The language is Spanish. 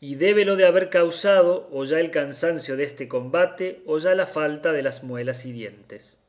y débelo de haber causado o ya el cansancio deste combate o ya la falta de las muelas y dientes